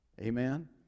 Amen